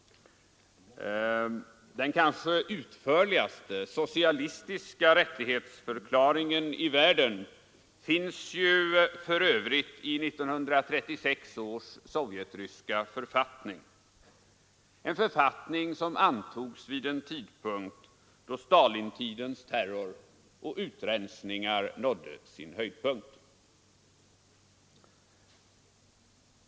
Den kanske utförligaste socialistiska rättighetsförklaringen i världen finns ju för övrigt i 1936 års sovjetryska författning, en författning som antogs vid en tidpunkt, då Stalintidens terror och utrensningar nådde sin höjdpunkt.